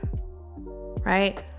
right